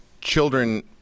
children